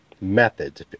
Methods